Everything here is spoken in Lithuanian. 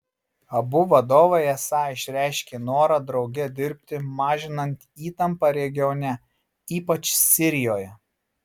abu vadovai esą išreiškė norą drauge dirbti mažinant įtampą regione ypač sirijoje